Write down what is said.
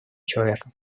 человека